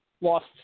Lost